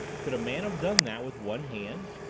could a man have done that with one hand?